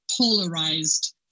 polarized